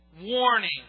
warning